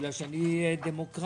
בגלל שאני דמוקרט.